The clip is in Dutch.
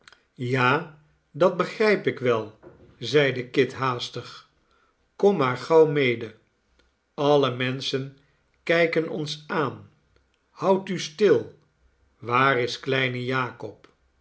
ja dat begrijp ik wel zeide kit haastig kom maar gauw mede alle menschen kijken ons aan houd u stil waar is kleine jakob